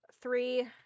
three